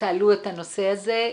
תעלו את הנושא הזה,